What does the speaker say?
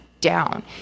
down